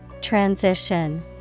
Transition